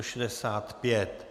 65.